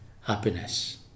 happiness